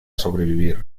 sobrevivir